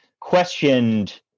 questioned